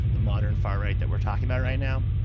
the modern far-right that we're talking about right now.